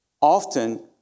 often